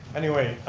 anyway,